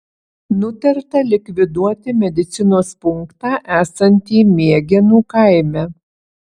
nutarta likviduoti medicinos punktą esantį miegėnų kaime